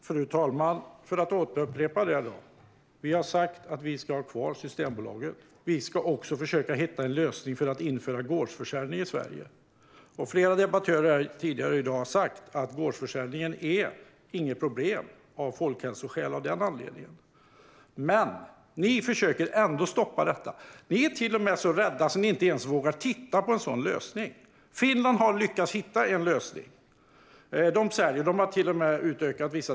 Fru talman! Jag upprepar: Vi vill ha kvar Systembolaget, men vi vill också hitta en lösning för att införa gårdsförsäljning i Sverige. Flera talare har sagt att gårdsförsäljningen inte är något problem för folkhälsan, men ni försöker ändå stoppa det. Ni är till och med så rädda att ni inte ens vågar titta på en sådan lösning. Finland är också med i EU, och de har hittat en lösning.